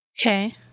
Okay